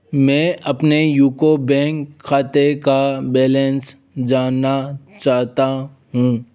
मैं अपने UCO bank खाते का बैलेंस जानना चाहता हूँ